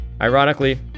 Ironically